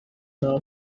now